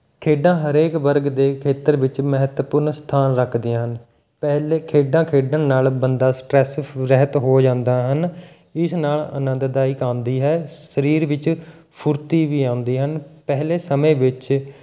ਖੇਡਾਂ ਹਰੇਕ ਵਰਗ ਦੇ ਖੇਤਰ ਵਿੱਚ ਮਹੱਤਵਪੂਰਨ ਸਥਾਨ ਰੱਖਦੀਆਂ ਹਨ ਪਹਿਲੇ ਖੇਡਾਂ ਖੇਡਣ ਨਾਲ ਬੰਦਾ ਸਟਰੈਸ ਰਹਿਤ ਹੋ ਜਾਂਦਾ ਹਨ ਇਸ ਨਾਲ ਆਨੰਦ ਦਾਇਕ ਆਉਂਦੀ ਹੈ ਸਰੀਰ ਵਿੱਚ ਫੁਰਤੀ ਵੀ ਆਉਂਦੀ ਹਨ ਪਹਿਲੇ ਸਮੇਂ ਵਿੱਚ